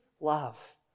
love